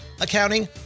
accounting